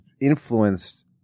influenced